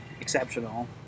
exceptional